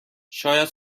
شاید